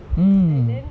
mm